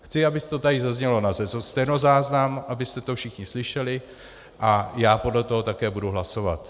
Chci, aby to tady zaznělo na stenozáznam, abyste to všichni slyšeli, a já podle toho také budu hlasovat.